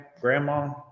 Grandma